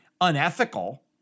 unethical